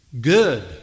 Good